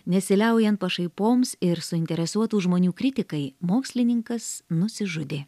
nesiliaujant pašaipoms ir suinteresuotų žmonių kritikai mokslininkas nusižudė